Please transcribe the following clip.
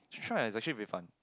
should try actually very fun